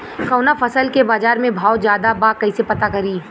कवना फसल के बाजार में भाव ज्यादा बा कैसे पता करि?